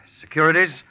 securities